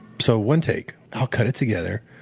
so one take. i'll cut it together.